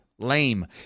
lame